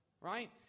Right